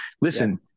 listen